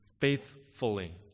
faithfully